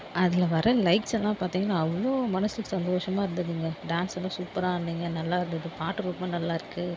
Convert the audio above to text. அதில் வர லைக்ஸ் எல்லாம் பார்த்தீங்கன்னா அவ்வளோ மனசுக்கு சந்தோஷமாக இருந்துதுங்க டான்ஸ் எல்லாம் சூப்பராக ஆடுனீங்க நல்லாருந்துது பாட்டு ரொம்ப நல்லாருக்கு